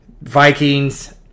Vikings